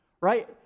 right